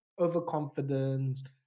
overconfidence